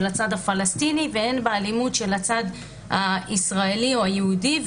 הצד הפלסטיני והן באלימות של הצד הישראלי או היהודי,